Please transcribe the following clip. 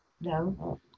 No